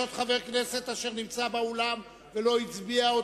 יש עוד חבר כנסת שנמצא באולם ולא הצביע?